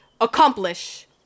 accomplish